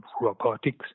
robotics